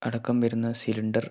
അടക്കം വരുന്ന സിലിണ്ടർ